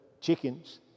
chickens